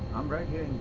i'm right here